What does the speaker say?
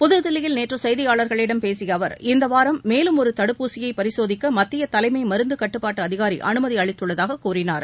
புதுதில்லியில் நேற்று செய்தியாளர்களிடம் பேசிய அவர் இந்த வாரம் மேலும் ஒரு தடுப்பூசியை பரிசோதிக்க மத்திய தலைமை மருந்து கட்டுப்பாட்டு அதிகாரி அனுமதி அளித்துள்ளதாகக் கூறினார்